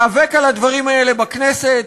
איאבק על הדברים האלה בכנסת,